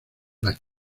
las